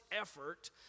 effort